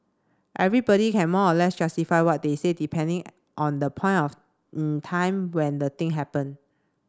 everybody can more or less justify what they say depending on the point of in time when the thing happened